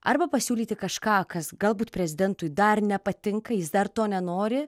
arba pasiūlyti kažką kas galbūt prezidentui dar nepatinka jis dar to nenori